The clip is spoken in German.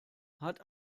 hat